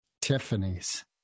Tiffany's